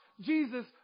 Jesus